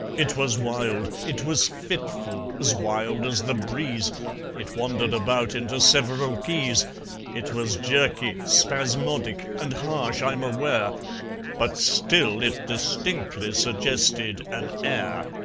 it was wild it was fitful as wild as the breeze it wandered about into several keys it was jerky, spasmodic, and harsh, i'm aware but still it distinctly suggested an air.